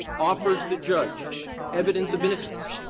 offers the judge evidence of innocence,